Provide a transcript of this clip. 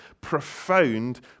profound